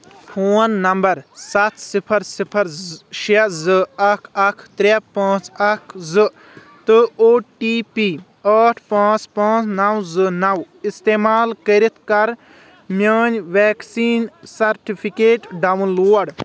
phone number سَتھ صفر صفر شیٚے زٕ اکھ اکھ ترٛے پانٛژھ اکھ زٕ تہٕ او ٹی پی ٲٹھ پانٛژھ پانٛژھ نو زٕ نو استعمال کٔرِتھ کر میٲنۍ ویکسیٖن سرٹِفکیٹ ڈاؤن لوڈ